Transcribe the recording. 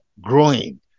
growing